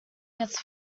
gets